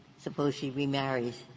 suppose she remarries.